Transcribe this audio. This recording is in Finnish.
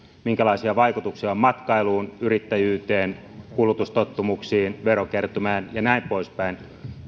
minkälaisia vaikutuksia on matkailuun yrittäjyyteen kulutustottumuksiin verokertymään ja näin poispäin